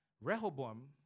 Rehoboam